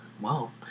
Wow